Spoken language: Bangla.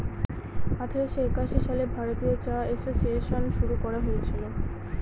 আঠারোশো একাশি সালে ভারতীয় চা এসোসিয়েসন শুরু করা হয়েছিল